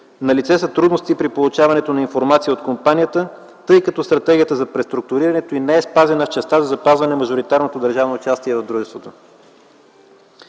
налице са трудности при получаване на информация от компанията, тъй като стратегията за преструктурирането му не е спазена в частта за запазване на мажоритарното държавно участие в дружеството.